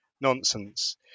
nonsense